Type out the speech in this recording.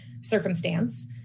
circumstance